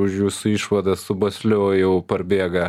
už jūsų išvadas su basliu jau parbėga